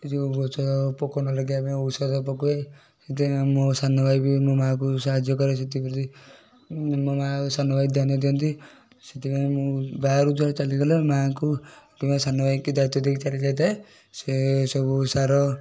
ଏ ଯେଉଁ ଗଛରେ ପୋକ ନ ଲାଗିବା ପାଇଁ ଔଷଧ ପକାଏ ସେଥିରେ ମୋ ସାନ ଭାଇ ବି ମୋ ମାଆକୁ ସାହାଯ୍ୟ କରେ ସେଥିପ୍ରତି ମୋ ମାଆ ଓ ସାନ ଭାଇ ଧ୍ୟାନ ଦିଅନ୍ତି ସେଥିପାଇଁ ମୁଁ ବାହାରକୁ ଯୁଆଡ଼େ ଚାଲିଗଲେ ମାଆଙ୍କୁ କିମ୍ବା ସାନଭାଇ କି ଦାୟିତ୍ତ୍ଵ ଦେଇକି ଚାଲି ଯାଇଥାଏ ସେ ସବୁ ସାର